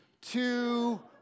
two